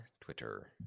Twitter